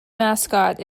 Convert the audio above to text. mascot